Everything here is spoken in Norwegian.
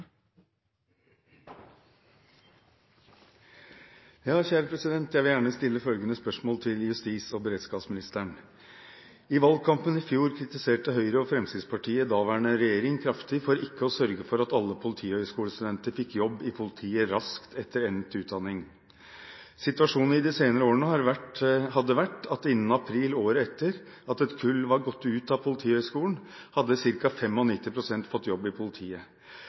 valgkampen i fjor kritiserte Høyre og Fremskrittspartiet daværende regjering kraftig for ikke å sørge for at alle politihøyskolestudenter fikk jobb i politiet raskt etter endt utdanning. Situasjonen i de senere årene hadde vært at innen april året etter at et kull var gått ut av Politihøgskolen, hadde ca. 95 pst. fått jobb i politiet.